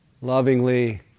Lovingly